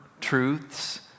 truths